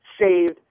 saved